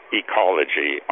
ecology